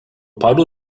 paru